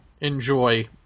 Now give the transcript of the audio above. enjoy